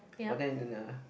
but then uh